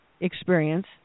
experience